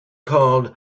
called